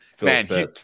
man